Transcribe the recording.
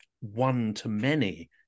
one-to-many